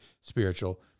spiritual